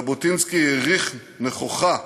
ז'בוטינסקי העריך נכוחה